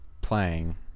playing